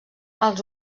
als